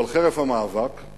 אבל חרף המאבק,